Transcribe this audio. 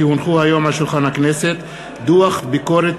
כי הונחו היום על שולחן הכנסת דוח ביקורת